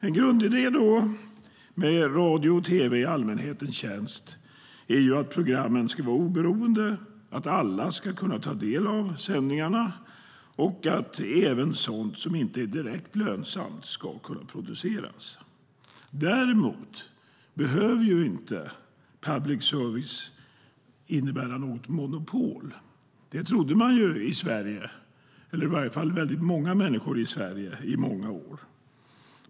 En grundidé med radio och tv i allmänhetens tjänst är ju att programmen ska vara oberoende, att alla ska kunna ta del av sändningarna och att även sådant som inte är direkt lönsamt ska kunna produceras. Däremot behöver ju inte public service innebära något monopol. Det trodde man ju i Sverige, i varje fall väldigt många människor i Sverige, i många år.